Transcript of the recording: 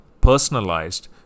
personalized